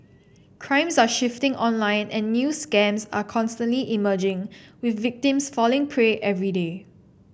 crimes are shifting online and new scams are constantly emerging with victims falling prey every day